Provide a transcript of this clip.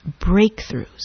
breakthroughs